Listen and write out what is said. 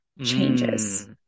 changes